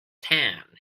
tan